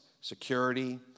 security